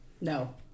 No